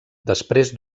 després